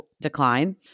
decline